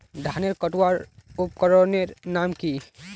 धानेर कटवार उपकरनेर नाम की?